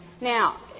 Now